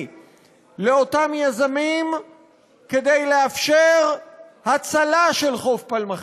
לאותם יזמים כדי לאפשר הצלה של חוף פלמחים.